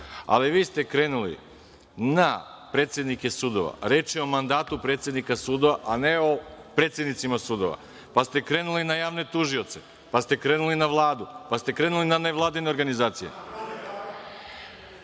ali vi ste krenuli na predsednike sudova, reč je o mandatu predsednika sudova, a ne o predsednicima sudova, pa ste krenuli na javne tužioce, pa ste krenuli na Vladu, pa ste krenuli na nevladine organizacije